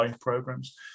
programs